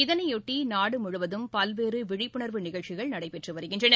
இதனையொட்டி நாடு முழுவதும் பல்வேறு விழிப்புணா்வு நிகழ்ச்சிகள் நடைபெற்று வருகின்றன